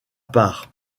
part